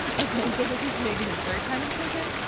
ah okay, so this is maybe his third time in prison?